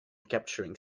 capturing